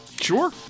sure